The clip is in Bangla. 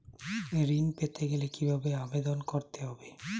ঋণ পেতে গেলে কিভাবে আবেদন করতে হবে?